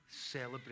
celebrate